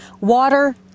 Water